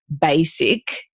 basic